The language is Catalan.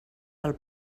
del